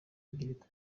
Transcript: urubyiruko